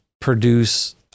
produce